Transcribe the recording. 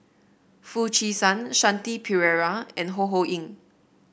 Foo Chee San Shanti Pereira and Ho Ho Ying